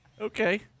Okay